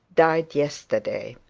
died yesterday.